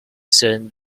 soon